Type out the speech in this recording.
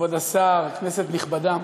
כבוד השר, כנסת נכבדה,